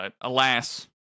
alas